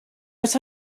but